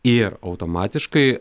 ir automatiškai